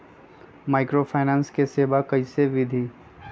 Microfinance के सेवा कइसे विधि?